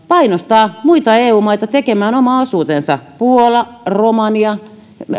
painostaa muita eu maita tekemään oma osuutensa puola romania